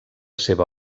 seva